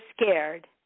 scared